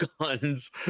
guns